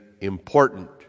important